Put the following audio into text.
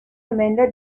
amanda